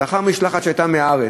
לאחר שהייתה משלחת מהארץ,